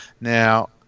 Now